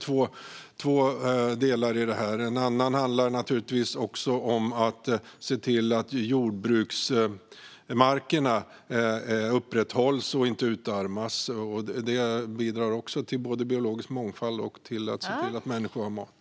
Dessutom gäller det naturligtvis att se till att jordbruksmarkerna upprätthålls och inte utarmas. Det bidrar både till biologisk mångfald och till att människor har mat.